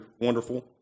wonderful